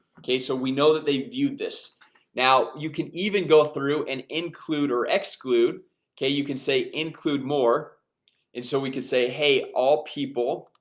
okay, so we know that they viewed this now you can even go through and include or exclude okay, you can say include more and so we can say hey all people